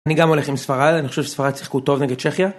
אני גם הולך עם ספרד, אני חושב שספרד שיחקו טוב נגד צ'כיה.